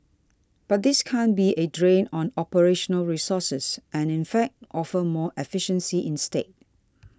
but this can't be a drain on operational resources and in fact offer more efficiency instead